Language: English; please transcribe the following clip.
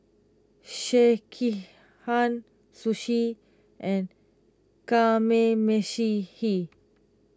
Sekihan Sushi and Kamameshi